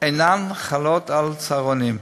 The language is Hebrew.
אינן חלות על צהרונים.